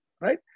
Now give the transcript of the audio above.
right